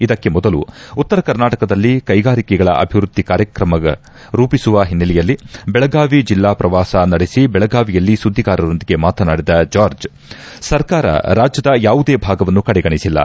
ಇದಕ್ಕೆ ಮೊದಲು ಉತ್ತರ ಕರ್ನಾಟಕದಲ್ಲಿ ಕೈಗಾರಿಕೆಗಳ ಅಭಿವೃದ್ದಿ ಕಾರ್ಯತ್ರಮ ರೂಪಿಸುವ ಹಿನ್ನೆಲೆಯಲ್ಲಿ ಬೆಳಗಾವಿ ಜಿಲ್ಲಾ ಪ್ರವಾಸ ನಡೆಸಿ ಬೆಳಗಾವಿಯಲ್ಲಿ ಸುದ್ದಿಗಾರರೊಂದಿಗೆ ಮಾತನಾಡಿದ ಜಾರ್ಜ್ ಸರ್ಕಾರ ರಾಜ್ಯದ ಯಾವುದೇ ಭಾಗವನ್ನು ಕಡೆಗಣಿಸಿಲ್ಲ